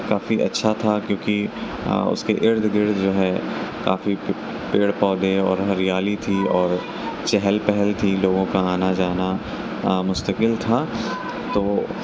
کافی اچھا تھا کیونکہ اس کے ارد گرد جو ہے کافی پے پیڑ پودے اور ہریالی تھی اور چہل پہل تھی لوگوں کا آنا جانا مستقل تھا تو